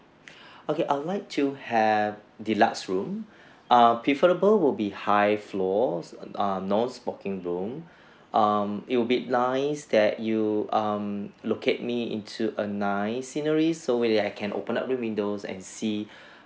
okay I would like to have deluxe room err preferable will be high floor err non smoking room um it will be nice that you um locate me into a nice scenery so where I can open up the windows and see